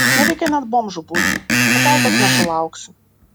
nereikia net bomžu būti pagalbos nesulauksi